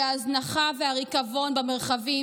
היא ההזנחה והריקבון במרחבים,